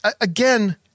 again